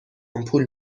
آمپول